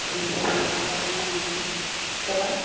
बिदिनो जों आबाद मावनानै गोबां